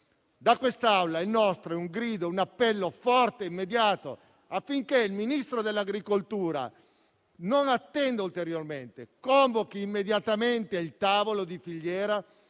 Da quest'Aula il nostro è un grido e un appello forte e immediato, affinché il Ministro delle politiche agricole non attenda ulteriormente, convochi immediatamente il tavolo di filiera